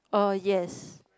oh yes